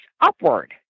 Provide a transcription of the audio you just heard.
upward